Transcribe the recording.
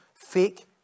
fake